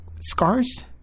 scars